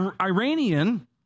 Iranian